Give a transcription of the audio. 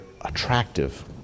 attractive